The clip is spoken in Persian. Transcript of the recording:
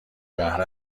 بهره